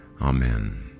Amen